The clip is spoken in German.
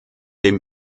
den